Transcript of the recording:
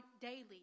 daily